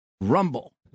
Rumble